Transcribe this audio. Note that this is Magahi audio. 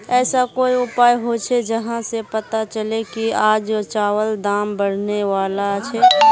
ऐसा कोई उपाय होचे जहा से पता चले की आज चावल दाम बढ़ने बला छे?